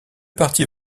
parties